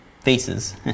faces